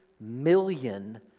million